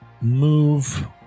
move